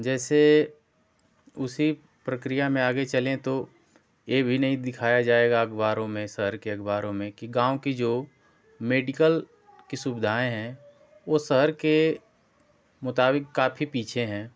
जैसे उसी प्रक्रिया में आगे चले तो ये भी नहीं दिखाया जाएगा अखबारों में शहर के अखबारों में कि गाँव की जो मेडिकल की सुविधाएँ है वो शहर के मुकाबले काफी पीछे हैं